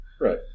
right